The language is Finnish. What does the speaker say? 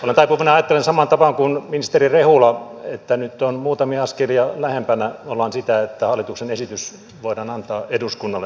olen taipuvainen ajattelemaan samaan tapaan kuin ministeri rehula että nyt olemme muutamia askelia lähempänä sitä että hallituksen esitys voidaan antaa eduskunnalle jossakin vaiheessa